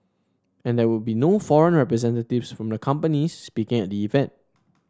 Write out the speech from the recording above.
and there would be no foreign representatives from the companies speaking at the event